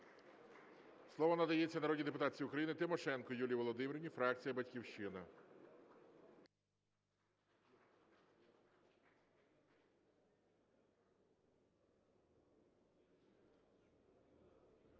Слово надається народній депутатці України Тимошенко Юлії Володимирівні, фракція "Батьківщина".